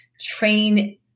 train